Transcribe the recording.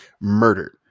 murdered